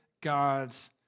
God's